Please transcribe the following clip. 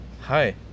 hi